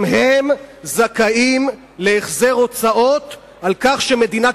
גם הם זכאים להחזר הוצאות על כך שמדינת